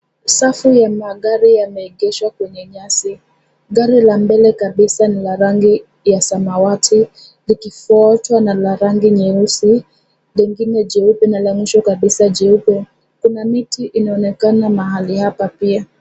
Safu ya magari yameegeshwa kwenye nyasi. Gari la mbele kabisa ni la rangi ya samawati ikifuatwa na la rangi nyeusi. Lingine jeupe na la mwisho kabisa jeupe. Kuna miti inaonekana mahali hapa pia.